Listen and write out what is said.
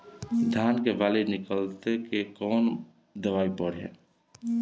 धान के बाली निकलते के कवन दवाई पढ़े?